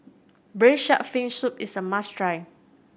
Braised Shark Fin Soup is a must try